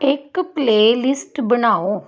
ਇੱਕ ਪਲੇਲਿਸਟ ਬਣਾਓ